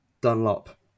Dunlop